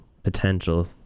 potential